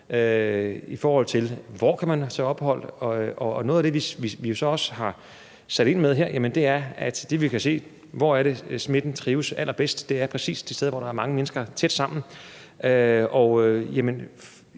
i forhold til hvor man kan tage ophold. Noget af det, vi også har sat ind med her, er at se, hvor det er, smitten trives allerbedst, og det er præcis de steder, hvor der er mange mennesker tæt sammen. Hvad